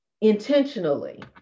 intentionally